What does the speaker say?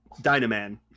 Dynaman